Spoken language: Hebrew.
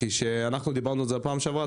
כי כשדיברנו על זה בפעם שעברה,